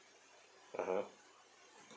(uh huh)